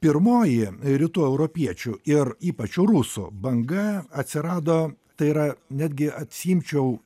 pirmoji rytų europiečių ir ypač rusų banga atsirado tai yra netgi atsiimčiau